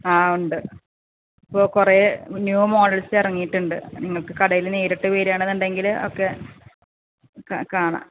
ആ ഉണ്ട് ഇപ്പോൾ കുറേ ന്യൂ മോഡൽസ് ഇറങ്ങിയിട്ടുണ്ട് നിങ്ങൾക്ക് കടയിൽ നേരിട്ട് വരികയാണെന്ന് ഉണ്ടെങ്കിൽ ഒക്കെ കാണാം